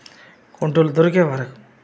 కొముటోళ్లు దొరికే వరకు